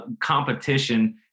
competition